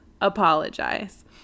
apologize